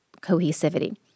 cohesivity